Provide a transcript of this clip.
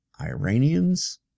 Iranians